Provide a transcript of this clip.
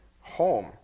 home